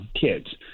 kids